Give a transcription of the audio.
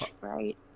Right